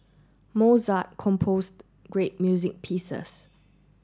Mozart composed great music pieces